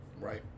right